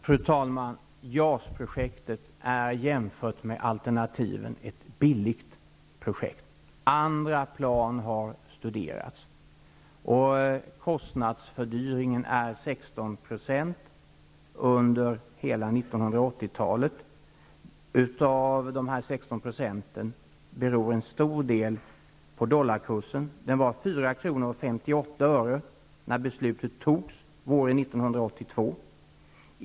Fru talman! JAS-projektet är jämfört med alternativen ett billigt projekt. Andra flygplan har studerats. Kostnadsfördyringen har varit 16 % under hela 1980-talet. En stor del av dessa 16 % beror på dollarkursen. Den var 4:58 kr. när beslutet fattades våren 1982.